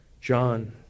John